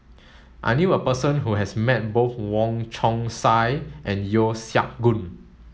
I knew a person who has met both Wong Chong Sai and Yeo Siak Goon